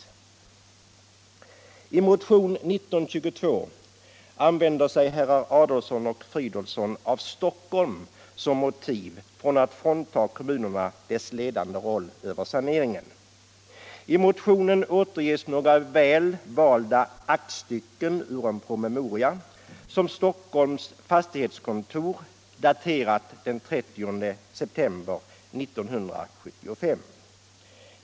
I motionen 1922 använder sig herr Adolfsson och herr Fridolfsson av Stockholm som motiv för att frånta kommunerna deras ledande roll i saneringen. I motionen återges några utvalda aktstycken ur en promemoria från Stockholms fastighetskontor, daterad den 30 september 1975.